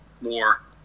more